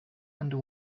and